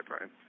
right